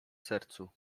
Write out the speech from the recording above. sercu